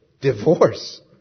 Divorce